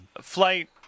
Flight